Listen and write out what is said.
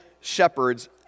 shepherds